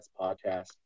Podcast